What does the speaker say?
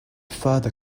further